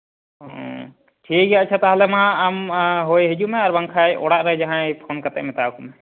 ᱚ ᱴᱷᱤᱠ ᱜᱮᱭᱟ ᱛᱟᱦᱚᱞᱮ ᱢᱟ ᱟᱢ ᱦᱳᱭ ᱦᱤᱡᱩᱜ ᱢᱮ ᱟᱨᱵᱟᱝᱠᱷᱟᱱ ᱚᱲᱟᱜ ᱨᱮ ᱡᱟᱦᱟᱸᱭ ᱯᱷᱳᱱ ᱠᱟᱛᱮᱫ ᱢᱮᱛᱟᱣᱟᱠᱚ ᱢᱮ